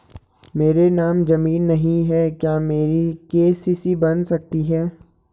मेरे नाम ज़मीन नहीं है क्या मेरी के.सी.सी बन सकती है?